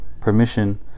permission